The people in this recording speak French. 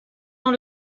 dans